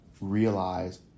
realize